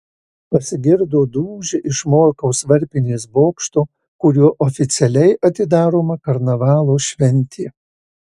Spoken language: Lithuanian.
pasigirdo dūžiai iš morkaus varpinės bokšto kuriuo oficialiai atidaroma karnavalo šventė